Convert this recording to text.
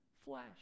flesh